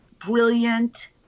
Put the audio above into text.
brilliant